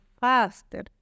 faster